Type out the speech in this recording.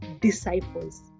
disciples